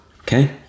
Okay